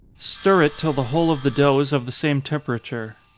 stir it till the whole of the dough is of the same temperature.